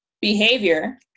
behavior